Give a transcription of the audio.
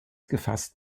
gefasst